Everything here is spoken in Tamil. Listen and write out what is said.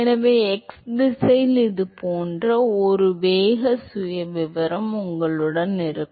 எனவே x திசையில் இது போன்ற ஒரு வேக சுயவிவரம் உங்களிடம் இருக்கும்